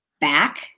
back